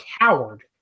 coward